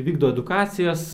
vykdo edukacijas